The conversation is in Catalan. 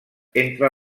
entre